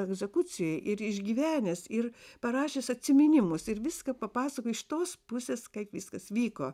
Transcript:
egzekucijoj ir išgyvenęs ir parašęs atsiminimus ir viską papasakojo iš tos pusės kaip viskas vyko